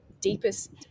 deepest